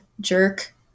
jerk